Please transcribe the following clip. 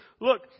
look